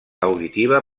auditiva